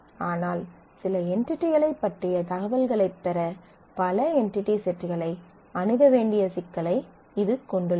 ஆனால் சில என்டிடிகளைப் பற்றிய தகவல்களைப் பெற பல என்டிடி செட்களை அணுக வேண்டிய சிக்கலை இது கொண்டுள்ளது